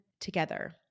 together